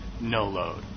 no-load